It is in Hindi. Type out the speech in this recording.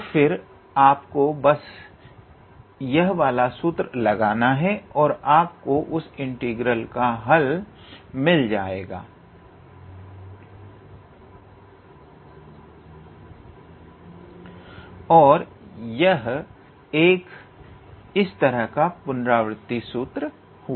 तो फिर आपको बस यह वाला सूत्र लगाना है और आपको उस इंटीग्रल का हल मिल जाएगा और यह एक इस तरह का पुनरावृति सूत्र हुआ